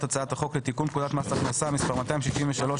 הצעת חוק לתיקון פקודת מס הכנסה (מס' 263),